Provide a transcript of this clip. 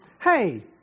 Hey